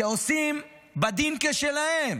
שעושים בדין כבשלהם.